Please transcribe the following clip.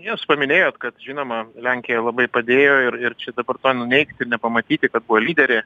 jūs paminėjot kad žinoma lenkija labai padėjo ir ir čia dabar tą ir nuneigti ir nepamatyti kad buvo lyderė